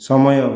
ସମୟ